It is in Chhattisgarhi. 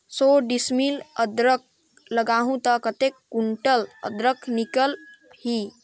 सौ डिसमिल अदरक लगाहूं ता कतेक कुंटल अदरक निकल ही?